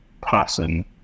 person